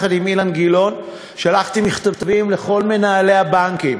יחד עם אילן גילאון שלחתי מכתבים לכל מנהלי הבנקים.